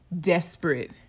desperate